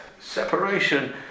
separation